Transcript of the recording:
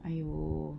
!aiyo!